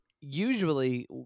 usually